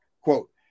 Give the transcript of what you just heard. quote